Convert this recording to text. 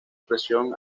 presión